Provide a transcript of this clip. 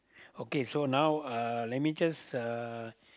okay so now uh let me just uh